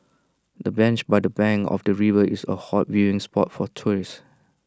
the bench by the bank of the river is A hot viewing spot for tourists